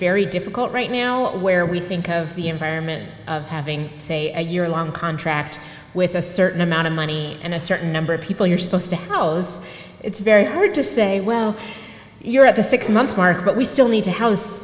very difficult right now where we think of the environment of having say a year long contract with a certain amount of money and a certain number of people you're supposed to know those it's very hard to say well you're at the six month mark but we still need to house